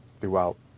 throughout